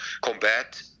combat